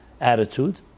attitude